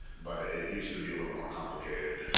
but it used to be a little more complicated.